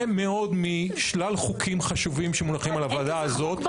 מאוד משלל חוקים חשובים שמונחים בפני הוועדה הזאת.